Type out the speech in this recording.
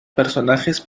personajes